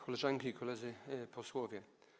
Koleżanki i Koledzy Posłowie!